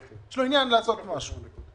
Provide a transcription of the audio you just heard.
יש לו עניין לעשות משהו.